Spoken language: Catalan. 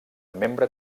membre